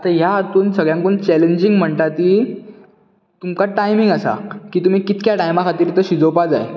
आता ह्या हातून सगळ्यांकून चॅलेजींग म्हणटा ती तुमकां टायमींग आसा की तुमी कितक्या टायमा खातीर तो शिजोवपाक जाय